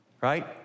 right